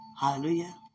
Hallelujah